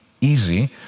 easy